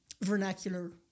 vernacular